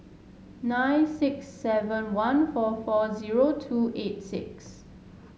nine six seven one four four zero two eight six